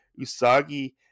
Usagi